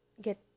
get